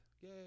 yay